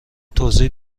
توضیح